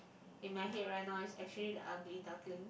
you might hate right now is actually the ugly duckling